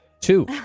Two